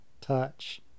touch